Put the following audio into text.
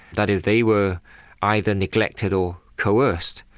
that if they were either neglected or coerced,